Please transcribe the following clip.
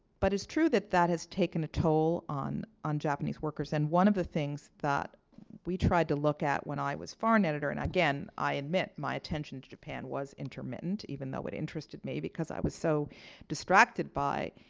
but it's true that that has taken a toll on on japanese workers. and one of the things that we tried to look at when i was foreign editor and again, i admit my attention to japan was intermittent, even though it interested me. because i was so distracted by